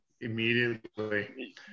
Immediately